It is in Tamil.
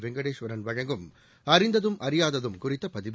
வெங்கடேஸ்வரன் வழங்கும் அறிந்ததும் அறியாததும் குறித்த பதிவு